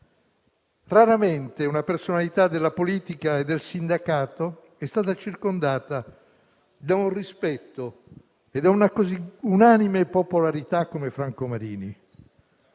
Raramente una personalità della politica e del sindacato è stata circondata da un rispetto e da una così unanime popolarità come Franco Marini.